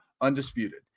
Undisputed